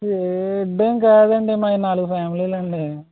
ఏ ఇబ్బంది కాదండి మావి నాలుగు ఫ్యామిలీలు అండి